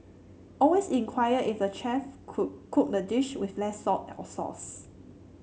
always inquire if the chef cook cook the dish with less salt or sauce